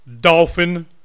Dolphin